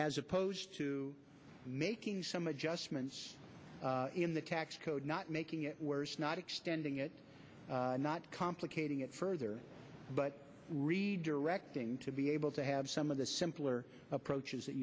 as opposed to making some adjustments in the tax code not making it worse not extending it not complicating it further but redirecting to be able to have some of the simpler approaches that